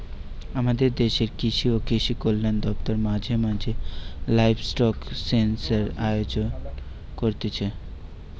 আমদের দেশের কৃষি ও কৃষিকল্যান দপ্তর মাঝে মাঝে লাইভস্টক সেনসাস আয়োজন করতিছে